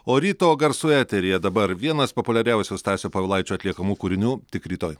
o ryto garsų eteryje dabar vienas populiariausių stasio povilaičio atliekamų kūrinių tik rytoj